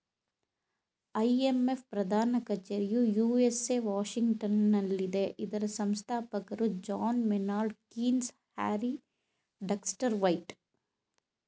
IMF ಪ್ರಧಾನ ಕಚೇರಿಯು USA ವಾಷಿಂಗ್ಟನಲ್ಲಿದೆ ಇದರ ಸಂಸ್ಥಾಪಕರು John Maynard Keynes, Harry Dexter white